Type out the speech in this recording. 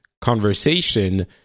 conversation